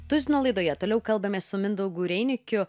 tuzino laidoje toliau kalbamės su mindaugu reinikiu